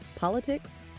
Politics